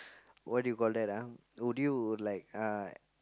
what do you call that ah would you like uh